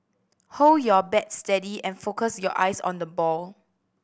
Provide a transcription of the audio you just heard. hold your bat steady and focus your eyes on the ball